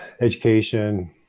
education